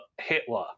Hitler